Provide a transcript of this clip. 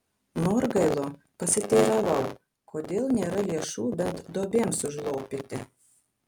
norgailo pasiteiravau kodėl nėra lėšų bent duobėms užlopyti